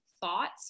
thoughts